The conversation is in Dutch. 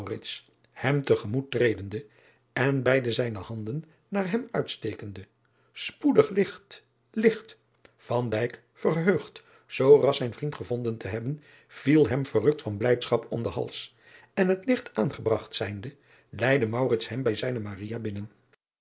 hem te gemoet tredende en beide zijne handen naar hem uitstekende spoedig licht licht verheugd zoo ras zijn vriend gevonden te hebben viel hem verrukt van blijdschap om den hals en het licht aangebragt zijnde leide hem bij zijne binnen